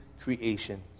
creation